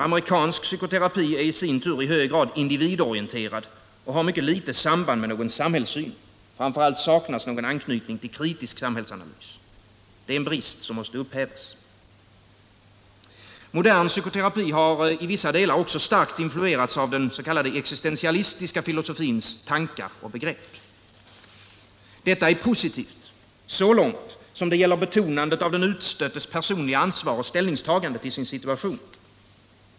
Amerikansk psykoterapi är i sin tur i hög grad individorienterad och har mycket litet samband med någon samhällssyn, framför allt saknas någon anknytning till kritisk samhällsanalys. Det är en brist som måste upphävas. Modern psykoterapi har i vissa delar också starkt influerats av den s.k. existentialistiska filosofins tankar och begrepp. Detta är positivt så långt som det gäller betonandet av den utstöttes personliga ansvar och ställningstagande till sin situation.